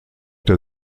der